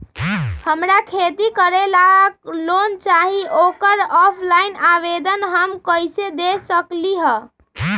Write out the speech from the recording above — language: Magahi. हमरा खेती करेला लोन चाहि ओकर ऑफलाइन आवेदन हम कईसे दे सकलि ह?